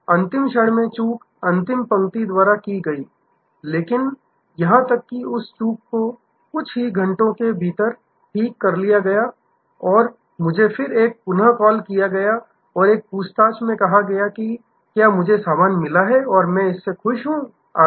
अंतिम क्षण में चूक अंतिम पंक्ति द्वारा की गई थी लेकिन यहां तक कि उस चूक को कुछ ही घंटों में ठीक कर लिया गया और फिर एक पुनः कॉल किया गया और एक पूछताछ में कहा गया कि क्या मुझे सामान मिला है और इससे खुश हूं आदि